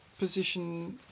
Position